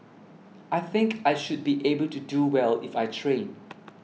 I think I should be able to do well if I train